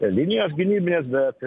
linijos gynybinės bet